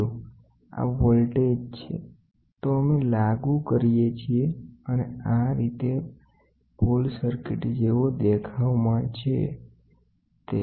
જો આ વોલ્ટેજ છે જે આપણે આપીએ છીએ અને આ બ્રીજ સર્કિટ દેખાય છે તો અમે લાગુ કરીએ છીએ અને આ રીતે પુલ સર્કિટ જેવો દેખાય છે તે